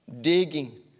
digging